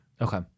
Okay